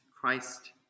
Christ